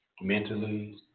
mentally